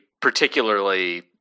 particularly